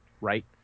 right